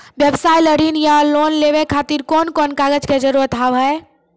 व्यवसाय ला ऋण या लोन लेवे खातिर कौन कौन कागज के जरूरत हाव हाय?